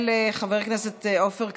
של חבר הכנסת עופר כסיף,